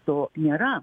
to nėra